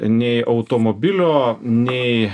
nei automobilio nei